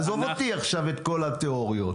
עזוב אותי עכשיו עם כל התיאוריות.